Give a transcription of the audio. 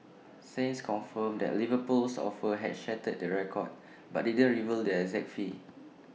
saints confirmed that Liverpool's offer had shattered the record but didn't reveal the exact fee